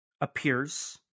appears